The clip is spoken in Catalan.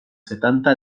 setanta